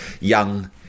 young